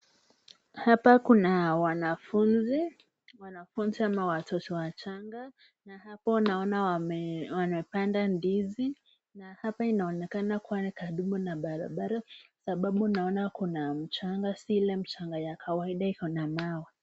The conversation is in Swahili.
Hapa kuna wanafunzi, wamafunzi ama watoto wachanga. Hapo naona wamepanda ndizi na hapa inaonekana kuwa karibu na barabara sababu naona kuna mchanga si ile mchanga ya kawaida iko na mawe.